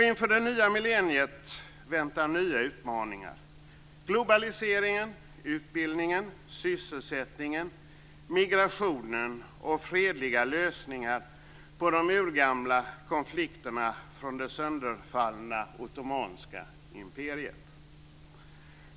Inför det nya millenniet väntar nya utmaningar: globaliseringen, utbildningen, sysselsättningen, migrationen och fredliga lösningar på de urgamla konflikterna från det sönderfallna ottomanska imperiet.